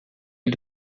ele